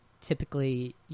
typically